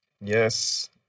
Yes